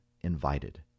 invited